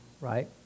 right